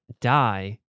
die